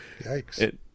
Yikes